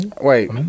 Wait